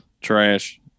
Trash